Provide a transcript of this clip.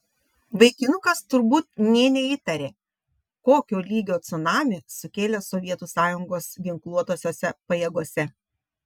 vaikinukas turbūt nė neįtarė kokio lygio cunamį sukėlė sovietų sąjungos ginkluotosiose pajėgose